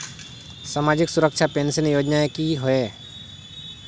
सामाजिक सुरक्षा पेंशन योजनाएँ की होय?